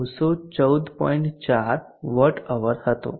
4 Wh હતો